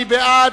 מי בעד?